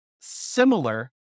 similar